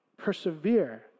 persevere